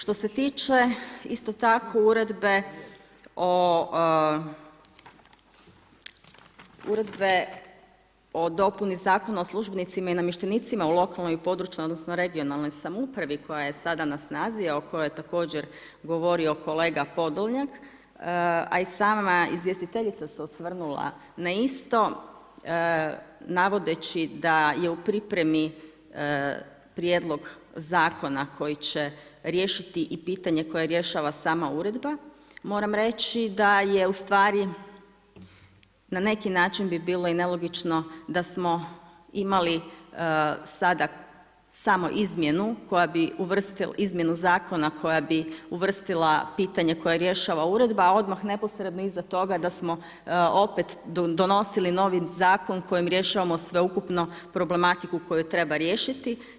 Što se tiče isto tako uredbe o, uredbe o dopuni Zakona o službenicima i namještenicima u lokalnoj i područnoj, odnosno regionalnoj samoupravi koja je sada na snazi a o kojoj je također govorio kolega Podolnjak, a i sama izvjestiteljica se osvrnula na isto navodeći da je u pripremi prijedlog zakona koji će riješiti i pitanje koje rješava sama uredba, moram reći da je ustvari na neki način bi bilo i nelogično da smo imali sada samo izmjenu koja bi uvrstila, izmjenu zakona koja bi uvrstila pitanje koje rješava uredba a odmah neposredno iza toga da smo opet donosili novi zakon kojim rješavamo sveukupno problematiku koju treba riješiti.